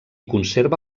conserva